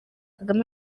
kagame